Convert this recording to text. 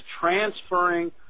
transferring